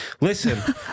listen